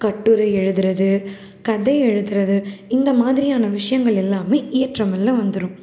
கட்டுரை எழுதுகிறது கதை எழுதுகிறது இந்த மாதிரியான விஷயங்கள் எல்லாம் இயற்றமிழில் வந்துடும்